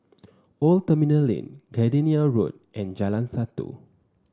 Old Terminal Lane Gardenia Road and Jalan Satu